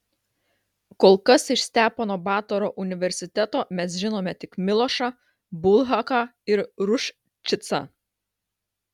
kol kas iš stepono batoro universiteto mes žinome tik milošą bulhaką ir ruščicą